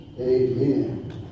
Amen